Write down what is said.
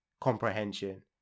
comprehension